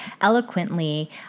eloquently